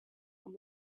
and